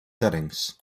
settings